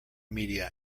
media